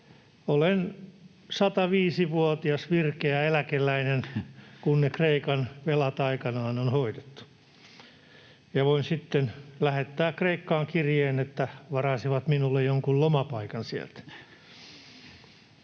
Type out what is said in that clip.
olen 105-vuotias virkeä eläkeläinen, kun ne Kreikan velat aikanaan on hoidettu, ja voin sitten lähettää Kreikkaan kirjeen, että varaisivat minulle jonkun lomapaikan sieltä.